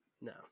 No